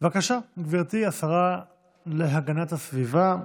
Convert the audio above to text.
בבקשה, גברתי השרה להגנת הסביבה,